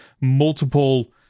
multiple